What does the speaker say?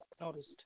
noticed